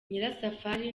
nyirasafari